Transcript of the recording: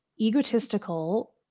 egotistical